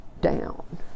down